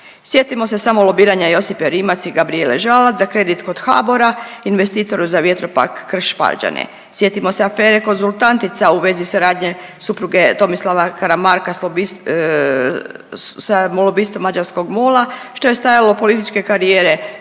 Sjetimo se samo lobiranja Josipe Rimac i Gabrijele Žalac za kredit kod HABOR-a investitoru za vjetropark Krš Pađene. Sjetimo se afere Konzultantica u vezi saradnje supruge Tomislava Karamarka s lobist… sa lobistom mađarskog MOL-a što je stajalo političke karijere